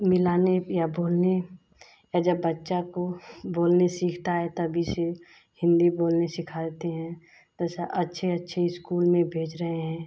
मिलाने या बोलने या जब बच्चा को बोलने सीखता है तभी से हिन्दी बोलने सिखाते हैं तो अच्छे अच्छे इस्कूल में भेज रहे हैं